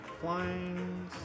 Flying